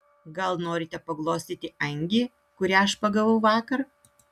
gal norite paglostyti angį kurią aš pagavau vakar